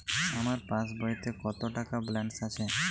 আমার পাসবইতে কত টাকা ব্যালান্স আছে?